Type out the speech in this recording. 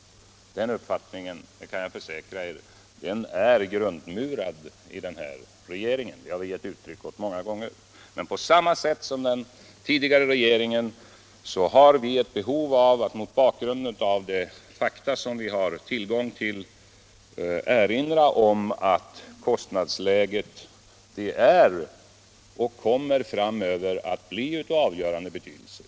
Jag kan försäkra er att den uppfattningen är grundmurad i den här regeringen, och det har vi gett uttryck åt många gånger. Men på samma sätt som den tidigare regeringen har vi ett behov av att mot bakgrunden av de fakta som vi har tillgång till erinra om att kostnadsläget är och framöver kommer att bli av avgörande betydelse.